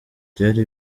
byari